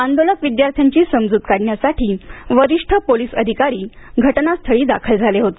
आंदोलक विद्यार्थ्यांची समजूत काढण्यासाठी वरिष्ठ पोलिस अधिकारी घटनास्थळी दाखल झाले होते